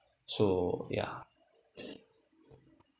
so yeah